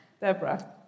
Deborah